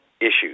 issues